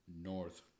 north